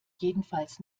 jedenfalls